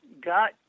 got